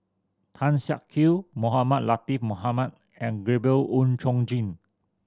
Tan Siak Kew Mohamed Latiff Mohamed and Gabriel Oon Chong Jin